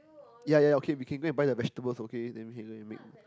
yea yea okay we can go and buy the vegetables okay then we can go and make